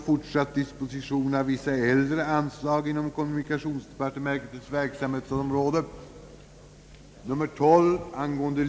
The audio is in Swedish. Framför allt har engångsglaset kommit att betyda avsevärda olägenheter.